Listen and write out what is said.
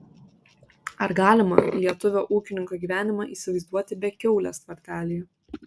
ar galima lietuvio ūkininko gyvenimą įsivaizduoti be kiaulės tvartelyje